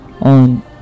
on